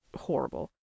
horrible